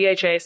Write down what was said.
DHA